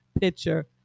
picture